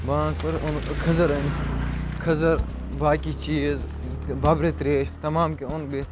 بانٛگ پرٕکھ تِمو تھٲے کھٔزٕر أنِتھ کھٔزٕر باقٕے چیٖز بَبرٕ ترٛیش تَمام کیٚنٛہہ یِم گٔے